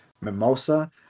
mimosa